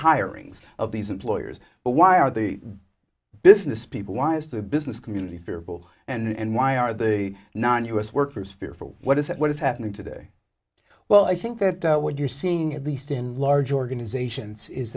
hirings of these employers but why are the business people why is the business community fearful and why are they not u s workers fearful what is that what is happening today well i think that what you're seeing at least in large organizations is